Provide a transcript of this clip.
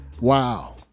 wow